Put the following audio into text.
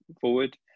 forward